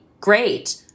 great